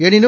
எனினும்